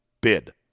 bid